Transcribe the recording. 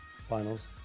finals